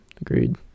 Agreed